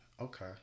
Okay